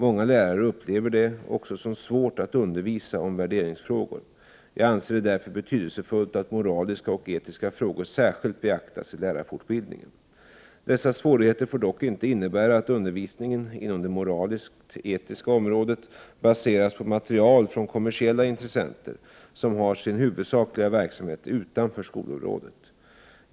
Många lärare upplever det också som svårt att undervisa om värderingsfrågor. Jag anser det därför betydelsefullt att moraliska och etiska frågor särskilt beaktas i lärarfortbildningen. Dessa svårigheter får dock inte innebära att undervisningen inom det moraliskt-etiska området baseras på material från kommersiella intressenter som har sin huvudsakliga verksamhet utanför skolområdet.